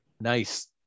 Nice